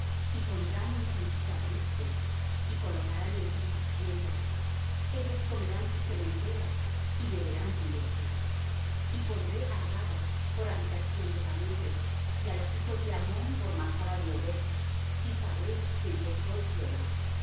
y pondrán en ti sus apriscos y colocarán en ti sus tiendas ellos comerán tus sementeras y beberán tu leche y pondré á rabba por habitación de camellos y á los hijos de ammón por majada de ovejas y sabréis que yo soy jehová